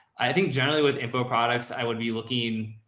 i think generally with info products, i would be looking.